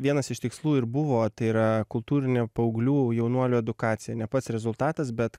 vienas iš tikslų ir buvo tai yra kultūrinė paauglių jaunuolių edukacija ne pats rezultatas bet